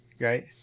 right